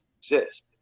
exist